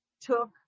took